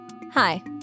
Hi